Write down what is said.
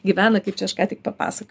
gyvena kaip čia aš ką tik papasa